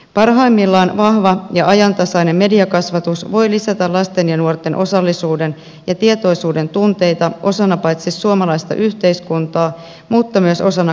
parhaimmillaan vahva ja ajantasainen mediakasvatus voi lisätä lasten ja nuorten osallisuuden ja tietoisuuden tunteita osana paitsi suomalaista yhteiskuntaa myös globaalia maailmaa